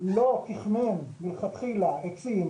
לא תכנן מלכתחילה עצים,